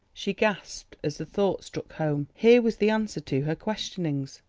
she gasped as the thought struck home. here was the answer to her questionings,